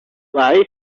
lies